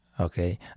Okay